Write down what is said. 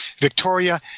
Victoria